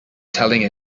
telling